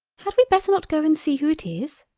had we better not go and see who it is?